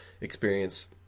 experience